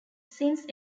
since